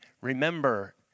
remember